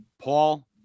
Paul